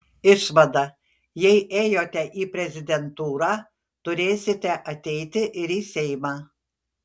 išvada jei ėjote į prezidentūrą turėsite ateiti ir į seimą